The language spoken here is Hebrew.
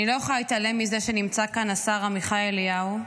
אני לא יכולה להתעלם, נמצא כאן השר עמיחי אליהו,